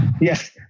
Yes